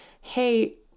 hey